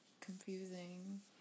confusing